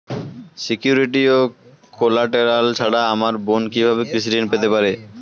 Security ও collateral ছাড়া আমার বোন কিভাবে কৃষি ঋন পেতে পারে?